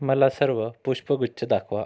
मला सर्व पुष्पगुच्छ दाखवा